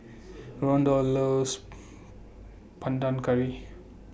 Rondal loves Panang Curry